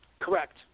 Correct